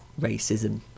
racism